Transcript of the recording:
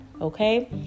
okay